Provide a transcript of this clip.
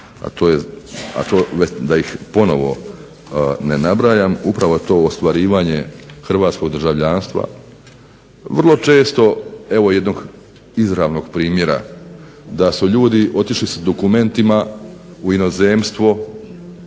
a to je da ih ponovno ne nabrajam upravo to ostvarivanje hrvatskog državljanstva. Vrlo često, evo jedno izravnog primjera da su ljudi otišli s dokumentima u inozemstvo